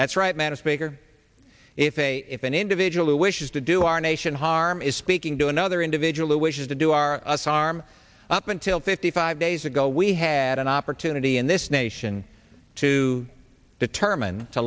that's right madam speaker if a if an individual who wishes to do our nation harm is speaking to another individual who wishes to do our us harm up until fifty five days ago we had an opportunity in this nation to determine to